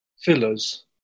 fillers